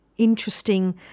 interesting